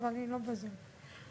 על אותן חברות?